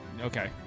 Okay